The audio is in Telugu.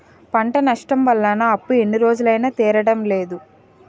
పంట నష్టం వల్ల నా అప్పు ఎన్ని రోజులైనా తీరడం లేదు